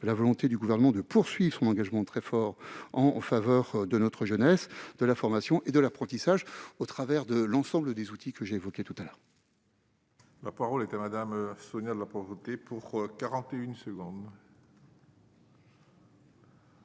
la volonté du Gouvernement de poursuivre son engagement très fort en faveur de notre jeunesse, de la formation et de l'apprentissage, au travers de l'ensemble des outils que je viens de décrire. La parole est à Mme Sonia de La Provôté, pour la réplique.